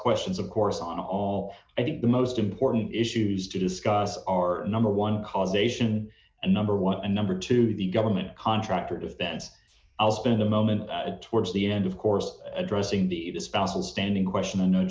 questions of course on all i think the most important issues to discuss are number one causation and number one and number two the government contractor defense i'll spend a moment towards the end of course addressing the the spousal standing question